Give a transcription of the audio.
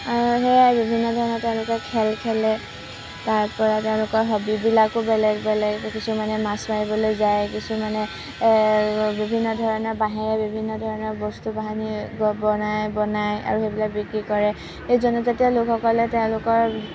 আৰু সেইয়াই বিভিন্ন ধৰণৰ তেওঁলোকে খেল খেলে তাৰপৰা তেওঁলোকৰ হবিবিলাকো বেলেগ বেলেগ কিছুমানে মাছ মাৰিবলৈ যায় কিছুমানে বিভিন্ন ধৰণৰ বাঁহেৰে বস্তু বাহানি বনাই বনাই আৰু সেইবোৰ বিক্ৰী কৰে সেই জনজাতীয় লোকসকলে তেওঁলোকৰ